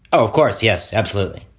of course. yes, absolutely.